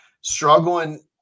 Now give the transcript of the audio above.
struggling